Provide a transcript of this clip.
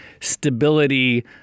stability